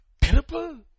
terrible